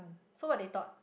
so what they taught